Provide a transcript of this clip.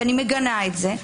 ואני מגנה את זה.